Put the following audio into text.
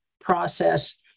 process